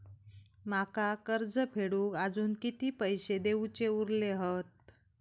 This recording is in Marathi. माका कर्ज फेडूक आजुन किती पैशे देऊचे उरले हत?